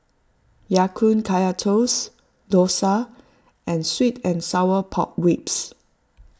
Ya Kun Kaya Toast Dosa and Sweet and Sour Pork Ribs